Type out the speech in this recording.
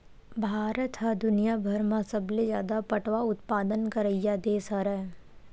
भारत ह दुनियाभर म सबले जादा पटवा उत्पादन करइया देस हरय